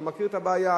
אתה מכיר את הבעיה,